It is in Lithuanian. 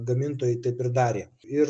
gamintojai taip ir darė ir